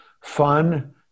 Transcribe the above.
fun